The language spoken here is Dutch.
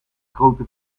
grote